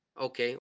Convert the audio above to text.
Okay